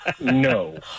no